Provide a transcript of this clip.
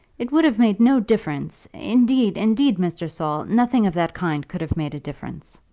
it would have made no difference. indeed, indeed, mr. saul, nothing of that kind could have made a difference.